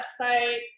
website